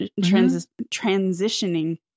transitioning